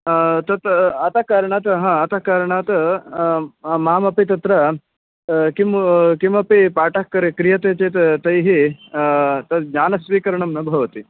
तत् अतः कारणात् अतः कारणात् मामपि तत्र किं किमपि पाठः क्रीयते चेत् तैः तत् ज्ञानस्वीकरणं न भवति